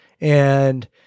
And-